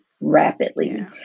rapidly